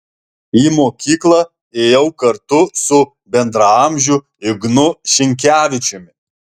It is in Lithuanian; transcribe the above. į mokykla ėjau kartu su bendraamžiu ignu šinkevičiumi